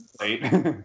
late